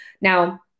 Now